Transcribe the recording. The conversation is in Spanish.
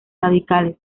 radicales